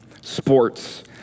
sports